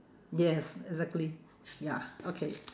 yes exactly ya okay